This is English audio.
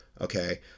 okay